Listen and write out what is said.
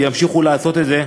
וימשיכו לעשות את זה,